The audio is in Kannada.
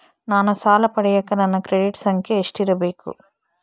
ನಾನು ಸಾಲ ಪಡಿಯಕ ನನ್ನ ಕ್ರೆಡಿಟ್ ಸಂಖ್ಯೆ ಎಷ್ಟಿರಬೇಕು?